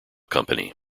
company